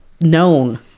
known